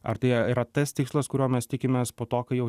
ar tai yra tas tikslas kurio mes tikimės po to kai jau